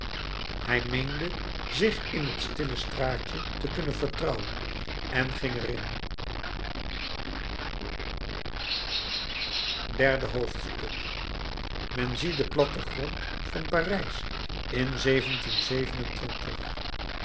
hij meende zich in het stille straatje te kunnen vertrouwen en ging er in derde hoofdstuk men zie den platten grond van parijs in